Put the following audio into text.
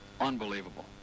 Unbelievable